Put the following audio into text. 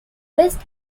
best